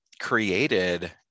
created